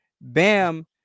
Bam